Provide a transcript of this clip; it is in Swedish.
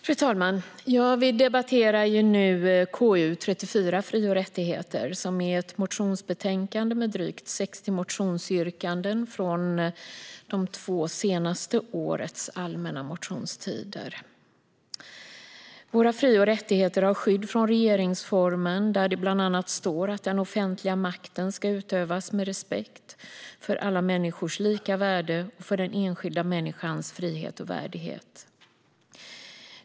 Fru talman! Vi debatterar nu konstitutionsutskottets betänkande 34 om fri och rättigheter. Det är ett motionsbetänkande med drygt 60 motionsyrkanden från de två senaste årens allmänna motionstider. Våra fri och rättigheter har skydd enligt regeringsformen, där det bland annat står att den offentliga makten ska utövas med respekt för alla människors lika värde och för den enskilda människans frihet och värdighet.